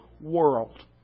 world